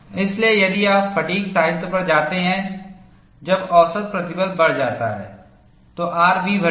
इसलिए यदि आप फ़ैटिग् साहित्य पर जाते हैं जब औसत प्रतिबल बढ़ जाता है तो R भी बढ़ेगा